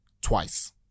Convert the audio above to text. twice